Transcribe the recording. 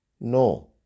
No